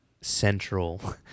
central